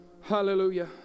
Hallelujah